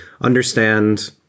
understand